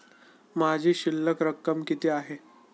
माझी शिल्लक रक्कम किती आहे?